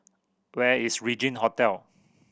where is Regin Hotel